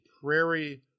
Prairie